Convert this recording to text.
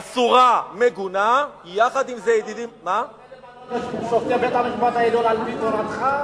אסורה, מגונה, יחד עם זה, על-פי תורתך?